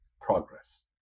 progress